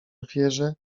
ofierze